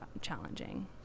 challenging